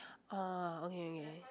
ah okay okay